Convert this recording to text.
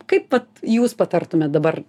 kaip vat jūs patartumėt dabar